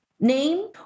name